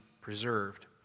preserved